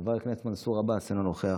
חבר הכנסת מנסור עבאס, אינו נוכח,